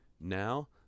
Now